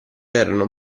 erano